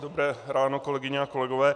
Dobré ráno, kolegyně a kolegové.